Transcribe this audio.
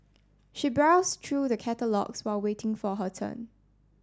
she browsed through the catalogues while waiting for her turn